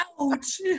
Ouch